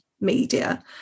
media